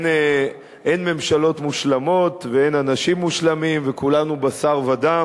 אין ממשלות מושלמות ואין אנשים מושלמים וכולנו בשר ודם,